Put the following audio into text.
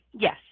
Yes